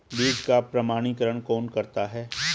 बीज का प्रमाणीकरण कौन करता है?